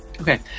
Okay